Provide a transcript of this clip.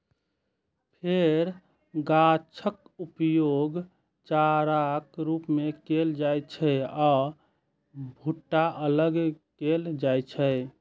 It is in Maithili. फेर गाछक उपयोग चाराक रूप मे कैल जाइ छै आ भुट्टा अलग कैल जाइ छै